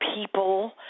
people